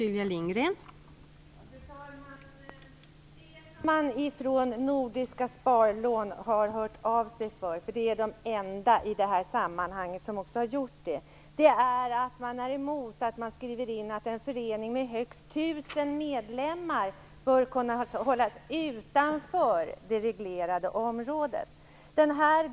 Fru talman! Anledningen till att Nordiskt sparlån har hört av sig - de är de enda som har hört av sig i det här sammanhanget - är att de är emot att man skriver in att en förening med högst 1 000 medlemmar bör kunna hållas utanför det reglerade området.